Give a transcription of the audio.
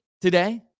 today